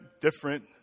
different